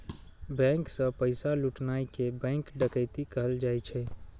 bank सं पैसा लुटनाय कें बैंक डकैती कहल जाइ छै